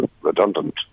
redundant